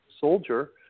soldier